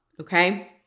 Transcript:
okay